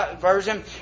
version